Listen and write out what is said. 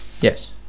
Yes